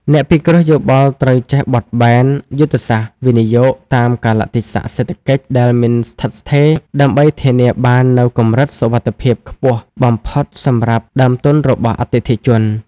អ្នកពិគ្រោះយោបល់ត្រូវចេះបត់បែនយុទ្ធសាស្ត្រវិនិយោគតាមកាលៈទេសៈសេដ្ឋកិច្ចដែលមិនស្ថិតស្ថេរ ដើម្បីធានាបាននូវកម្រិតសុវត្ថិភាពខ្ពស់បំផុតសម្រាប់ដើមទុនរបស់អតិថិជន។